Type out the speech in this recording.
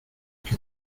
que